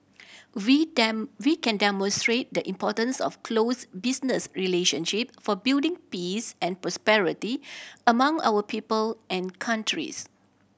we we can demonstrate the importance of close business relationship for building peace and prosperity among our people and countries